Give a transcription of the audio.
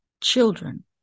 children